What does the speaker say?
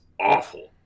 awful